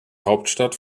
hauptstadt